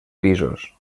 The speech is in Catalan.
pisos